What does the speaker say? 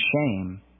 shame